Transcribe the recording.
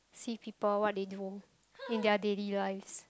see people what they do in their daily lifes